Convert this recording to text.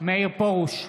מאיר פרוש,